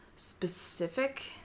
specific